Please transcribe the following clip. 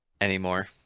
anymore